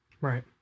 right